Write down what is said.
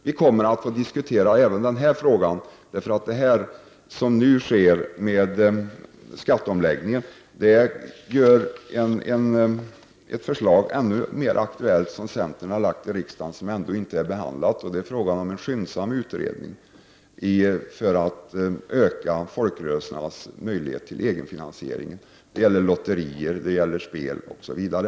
Vi kommer att få diskutera även den här frågan, för det som nu sker i samband med skatteomläggningen gör att ett förslag som centern har lagt fram i riksdagen och som ännu inte är behandlat blir än mer aktuellt. Det är ett förslag om en skyndsam utredning för att öka folkrörelsernas möjlighet till egenfinansiering. Det gäller lotterier, spel osv.